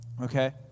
okay